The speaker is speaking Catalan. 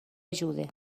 ajuda